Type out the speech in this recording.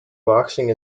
boxing